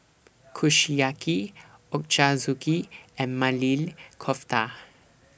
Kushiyaki Ochazuke and Maili Kofta